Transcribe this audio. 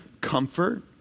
comfort